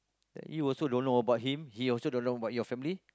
you also don't about him he also don't know about your family